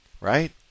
right